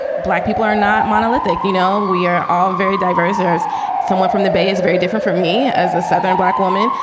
black people are not monolithic. you know, we are all very diverse. there's someone from the bay is very different from me as a southern black woman,